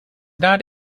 not